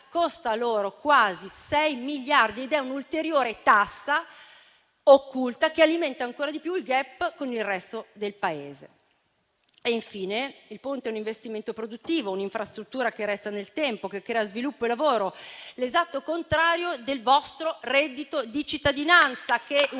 costa loro quasi 6 miliardi ed è un'ulteriore tassa occulta che alimenta ancor di più il *gap* con il resto del Paese. Infine il Ponte è un investimento produttivo, un'infrastruttura che resta nel tempo, che crea sviluppo e lavoro; l'esatto contrario del vostro reddito di cittadinanza